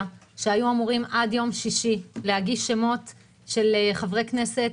שהיו אמורים עד יום שישי להגיש שמות של חברי כנסת